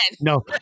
No